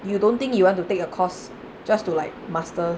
you don't think you want to take a course just to like master